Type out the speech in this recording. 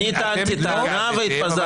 אני טענתי טענה והתפזרנו.